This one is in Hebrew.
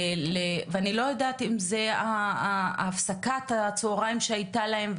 ואני לא יודעת אם זאת הפסקת הצהריים שהיתה להם,